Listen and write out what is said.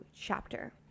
chapter